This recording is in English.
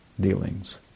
dealings